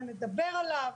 ונדבר עליו,